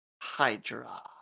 hydra